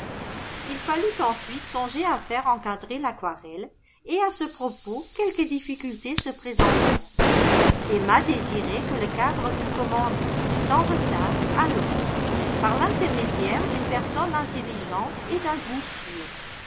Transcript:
il fallut ensuite songer à faire encadrer l'aquarelle et à ce propos quelques difficultés se présentèrent emma désirait que le cadre fut commandé sans retard à londres par l'intermédiaire d'une personne intelligente et d'un goût sûr